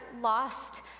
lost